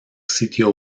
sitio